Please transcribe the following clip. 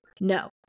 no